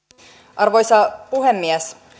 arvoisa puhemies